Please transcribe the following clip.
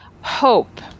Hope